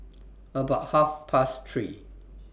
about Half Past three